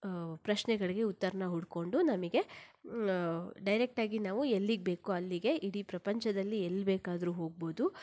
ಪ್ರಶ್ನೆಗಳಿಗೆ ಉತ್ತರಾನ ಹುಡ್ಕೊಂಡು ನಮಗೆ ಡೈರೆಕ್ಟಾಗಿ ನಾವು ಎಲ್ಲಿಗೆ ಬೇಕೋ ಅಲ್ಲಿಗೆ ಇಡೀ ಪ್ರಪಂಚದಲ್ಲಿ ಎಲ್ಲಿ ಬೇಕಾದರೂ ಹೋಗ್ಬೋದು